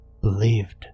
believed